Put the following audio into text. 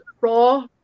Raw